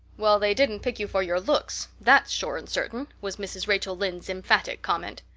well, they didn't pick you for your looks, that's sure and certain, was mrs. rachel lynde's emphatic comment.